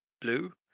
blue